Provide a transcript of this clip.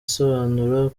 isobanura